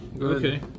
Okay